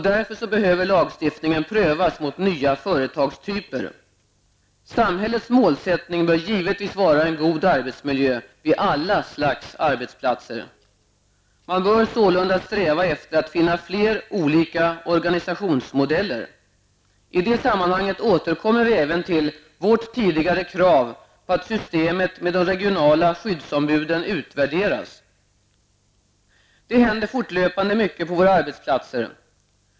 Därför behöver lagstiftningen prövas mot nya företagstyper. Samhällets mål bör givetvis vara en god arbetsmiljö vid alla slags arbetsplatser. Man bör sålunda sträva efter att finna fler olika organisationsmodeller. I det sammanhanget återkommer vi även till vårt tidigare krav på att systemet med de regionala skyddsombuden utvärderas. Det händer fortlöpande mycket på våra arbetsplatser.